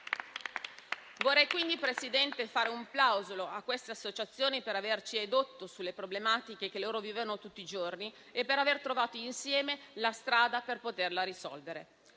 Vorrei quindi fare un plauso a queste associazioni per averci edotto sulle problematiche che i pazienti vivono tutti i giorni e per aver trovato insieme la strada per poterle risolvere.